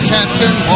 Captain